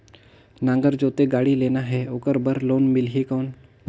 नागर जोते गाड़ी लेना हे ओकर बार लोन मिलही कौन?